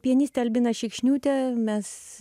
pianiste albina šikšniūte mes